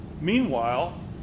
Meanwhile